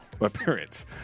appearance